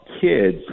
kids